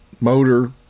Motor